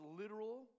literal